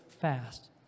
fast